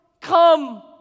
come